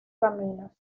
caminos